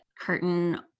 curtain